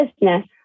business